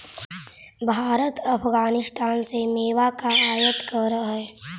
भारत अफगानिस्तान से मेवा का आयात करअ हई